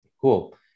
Cool